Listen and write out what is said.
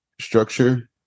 structure